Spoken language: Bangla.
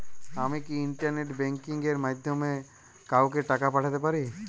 আমি কি ইন্টারনেট ব্যাংকিং এর মাধ্যমে কাওকে টাকা পাঠাতে পারি?